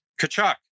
Kachuk